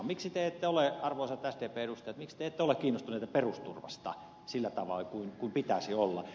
miksi te ette ole arvoisat sdpn edustajat kiinnostuneita perusturvasta sillä tavalla kuin pitäisi olla